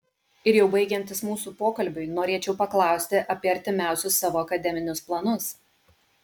ir jau baigiantis mūsų pokalbiui norėčiau paklausti apie artimiausius savo akademinius planus